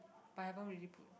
but I haven't really put